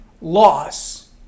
loss